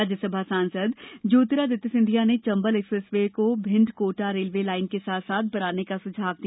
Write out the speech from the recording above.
राज्यसभा सांसद श्री ज्योतिरादित्य सिंधिया ने Chambal expressway को भिण्ड कोटा रेल्वे लाइन के साथ साथ बनाने का सुझाव दिया